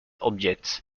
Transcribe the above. objects